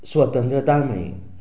स्वतंत्रताय मेळ्ळी